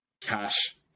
cash